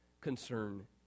concern